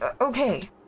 Okay